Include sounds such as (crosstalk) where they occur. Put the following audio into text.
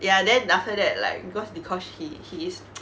ya then after that like because dee-kosh he he is (noise)